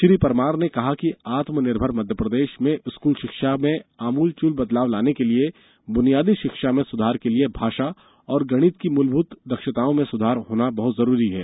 श्री परमार ने कहा कि आत्मनिर्भर मध्यप्रदेश में स्कूल शिक्षा में आमूल चूल बदलाव लाने के लिये बुनियादी शिक्षा में सुधार के लिए भाषा और गणित की मूलभूत दक्षताओं में सुधार होना अत्यावश्यक है